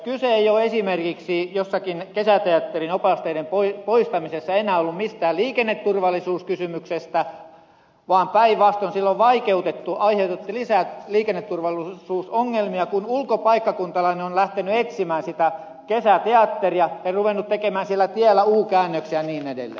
kyse ei ole esimerkiksi jossakin kesäteatterin opasteiden poistamisessa enää ollut mistään liikenneturvallisuuskysymyksestä vaan päinvastoin sillä on vaikeutettu aiheutettu lisää liikenneturvallisuusongelmia kun ulkopaikkakuntalainen on lähtenyt etsimään sitä kesäteatteria ja ruvennut tekemään siellä tiellä u käännöksiä ja niin edelleen